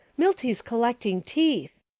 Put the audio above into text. milty's collecting teeth.